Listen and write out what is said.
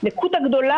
למה כל כך